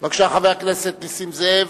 חבר הכנסת נסים זאב.